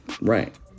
right